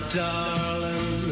darling